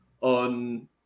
on